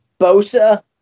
Bosa